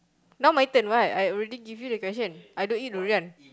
now my turn right I already give you the question I don't eat durian